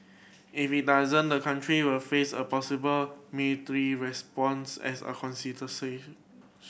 if it does the country will face a possible military response as a